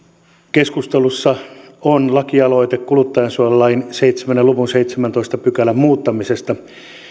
keskustelussa on lakialoite kuluttajansuojalain seitsemän luvun seitsemännentoista a pykälän muuttamisesta